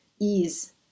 ease